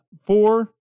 Four